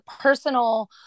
personal